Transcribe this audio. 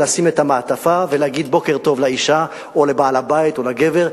לשים את המעטפה ולהגיד בוקר טוב לאשה או לבעל הבית או לגבר,